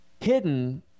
hidden